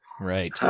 Right